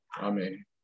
Amen